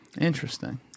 Interesting